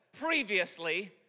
previously